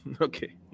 Okay